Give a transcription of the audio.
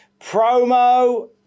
Promo